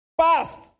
Fast